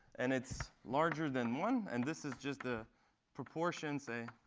and it's larger than one. and this is just the proportion, say,